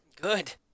Good